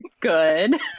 Good